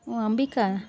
ಹ್ಞೂ ಅಂಬಿಕ